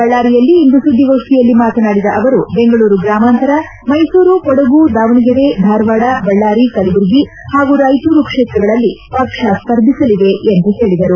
ಬಳ್ಳಾರಿಯಲ್ಲಿಂದು ಸುದ್ದಿಗೋಷ್ಷಿಯಲ್ಲಿ ಮಾತನಾಡಿದ ಅವರು ಬೆಂಗಳೂರು ಗ್ರಾಮಾಂತರ ಮೈಸೂರು ಕೊಡಗು ದಾವಣಗೆರೆ ಧಾರವಾಡ ಬಳ್ಳಾರಿ ಕಲಬುರಗಿ ಮತ್ತು ರಾಯಚೂರು ಕ್ಷೇತ್ರಗಳಲ್ಲಿ ಪಕ್ಷ ಸ್ಪರ್ಧಿಸಲಿದೆ ಎಂದು ಹೇಳಿದರು